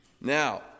Now